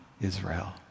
Israel